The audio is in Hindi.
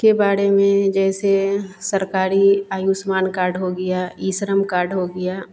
के बारे में जैसे सरकारी आयुष्मान कार्ड हो गया ई श्रम कार्ड हो गया